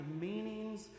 meanings